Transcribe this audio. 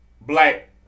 black